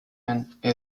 and